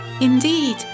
Indeed